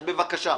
אז בבקשה.